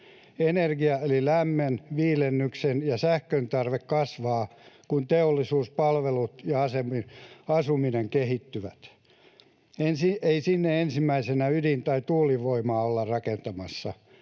Energian eli lämmön, viilennyksen ja sähkön tarve kasvaa, kun teollisuuspalvelut ja asuminen kehittyvät. Ei sinne ensimmäisenä ydin- tai tuulivoimaa olla rakentamassa,